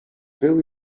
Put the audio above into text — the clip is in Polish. był